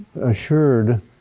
assured